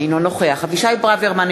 אינו נוכח אבישי ברוורמן,